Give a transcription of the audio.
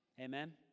Amen